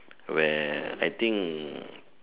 where I think